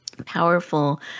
powerful